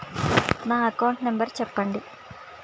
నా account number చెప్పండి?